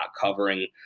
covering